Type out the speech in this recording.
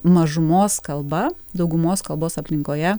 mažumos kalba daugumos kalbos aplinkoje